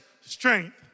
strength